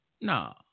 No